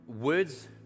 words